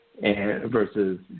versus